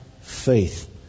faith